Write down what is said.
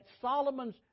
Solomon's